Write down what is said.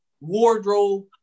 wardrobe